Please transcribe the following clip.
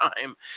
time